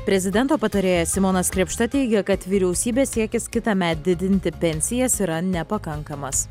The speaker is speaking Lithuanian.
prezidento patarėjas simonas krėpšta teigia kad vyriausybės siekis kitąmet didinti pensijas yra nepakankamas